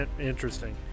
interesting